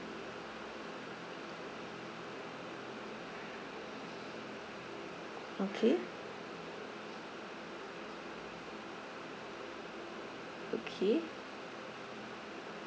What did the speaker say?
okay okay